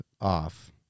off